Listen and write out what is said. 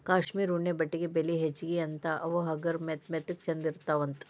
cashmere ಉಣ್ಣೆ ಬಟ್ಟೆಗೆ ಬೆಲಿ ಹೆಚಗಿ ಅಂತಾ ಅವ ಹಗರ ಮತ್ತ ಮೆತ್ತಗ ಚಂದ ಇರತಾವಂತ